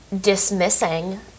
dismissing